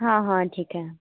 हाँ हाँ ठीक है